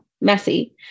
messy